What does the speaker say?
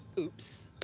oops.